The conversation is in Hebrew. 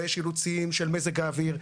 ויש אילוצים של מזג האוויר.